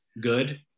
good